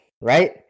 right